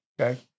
Okay